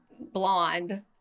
blonde